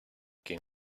quien